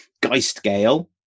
Geistgale